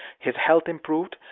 his health improved,